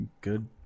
good